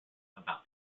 about